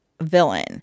villain